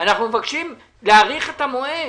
אנחנו מבקשים להאריך את המועד.